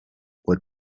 what